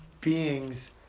beings